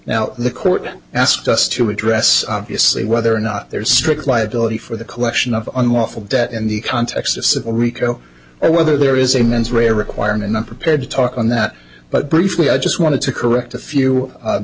now the court asked us to address obviously whether or not there are strict liability for the collection of unlawful debt in the context of civil rico or whether there is a mens rea requirement not prepared to talk on that but briefly i just want to correct a few